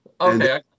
Okay